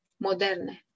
moderne